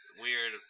weird